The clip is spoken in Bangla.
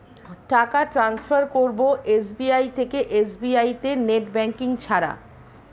টাকা টান্সফার করব এস.বি.আই থেকে এস.বি.আই তে নেট ব্যাঙ্কিং ছাড়া?